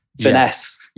finesse